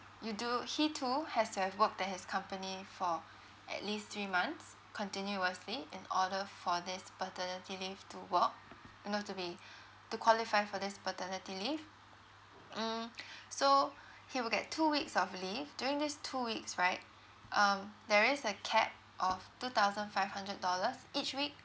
you do he too has to have worked at his company for at least three months continuously in order for this paternity leave to work you know to be to qualify for this paternity leave mm so he will get two weeks of leave during these two weeks right um there is a cap of two thousand five hundred dollars each week